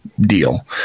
deal